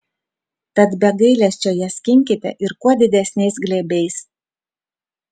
tad be gailesčio ją skinkite ir kuo didesniais glėbiais